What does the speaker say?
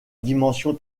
dimension